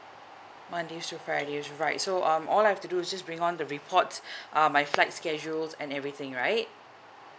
mondays to fridays right so um all I have to do is just bring on the report um my flight schedule and everything right